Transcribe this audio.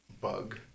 bug